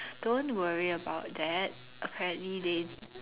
don't worry about that apparently they